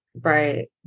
right